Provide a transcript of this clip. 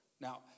Now